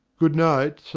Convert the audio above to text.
good night, sir.